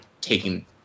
taking